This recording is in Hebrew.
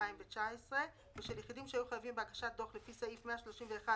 ובשנת 2019 ושל יחידים שהיו חייבים בהגשת דוח לפי סעיף 131